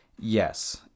Yes